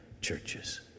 churches